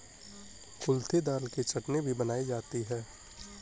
कुल्थी दाल की चटनी भी बनाई जाती है